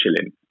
chilling